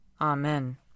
Amen